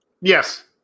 Yes